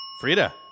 Frida